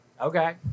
Okay